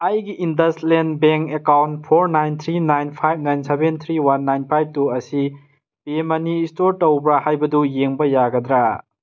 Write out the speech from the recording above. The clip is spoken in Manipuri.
ꯑꯩꯒꯤ IndusInd bank account four nine three nine five nine seven three one nine five two ꯑꯁꯤ ꯄꯦ ꯃꯅꯤ ꯁ꯭ꯇꯣꯔ ꯇꯧꯕ ꯍꯥꯏꯕꯗꯨ ꯌꯦꯡꯕ ꯌꯥꯒꯗ꯭ꯔꯥ